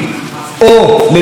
או למלחמה,